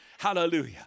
Hallelujah